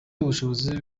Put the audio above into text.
ubushobozi